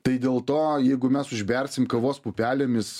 tai dėl to jeigu mes užbersim kavos pupelėmis